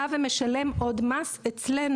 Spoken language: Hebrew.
בא ומשלם עוד מס אצלנו,